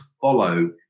follow